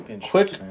Quick